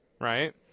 Right